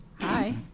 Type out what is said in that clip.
Hi